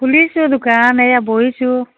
খুলিছোঁ দোকান এইয়া বহিছোঁ